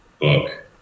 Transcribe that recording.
book